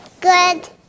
Good